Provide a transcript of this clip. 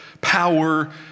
power